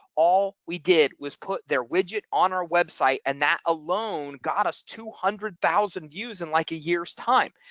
all we did was put their widget on on our website and that alone got us two hundred thousand views in like a year's time.